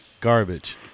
Garbage